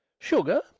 Sugar